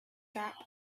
gap